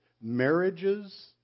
marriages